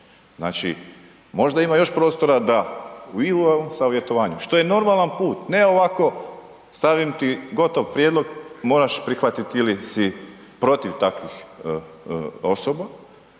Znači, možda ima još prostora da i u savjetovanju. Što je normalan put, ne ovako, stavim ti gotov prijedlog, moraš prihvatiti ili si protiv takvih osoba